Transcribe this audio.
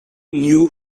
knew